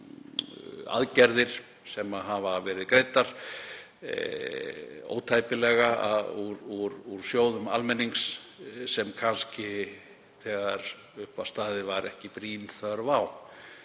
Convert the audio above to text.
um aðgerðir sem hafa verið greiddar ótæpilega úr sjóðum almennings sem var kannski þegar upp var staðið ekki brýn þörf á.